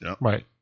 Right